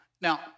now